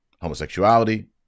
homosexuality